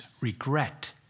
regret